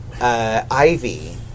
Ivy